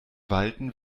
walten